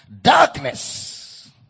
Darkness